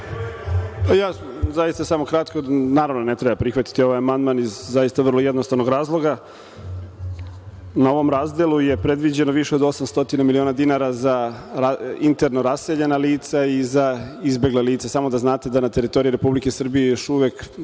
Vulin** Zaista ću samo kratko. Naravno da ne treba prihvatiti ovaj amandman, iz zaista vrlo jednostavnog razloga. Na ovom razdelu je predviđeno više od 800 miliona dinara za interno raseljena lica i za izbegla lica. Samo da znate da na teritoriji Republike Srbije još uvek